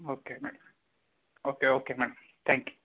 okay madam okay okay madam thank you